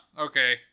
okay